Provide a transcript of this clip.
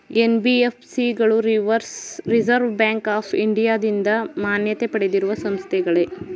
NBFC ಗಳು Reserve Bank of ಇಂಡಿಯಾದಿಂದ ಮಾನ್ಯತೆ ಪಡೆದಿರುವ ಸಂಸ್ಥೆಗಳೇ?